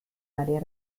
área